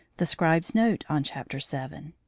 the scribe's note on chapter seven